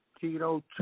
Tito